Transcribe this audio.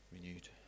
renewed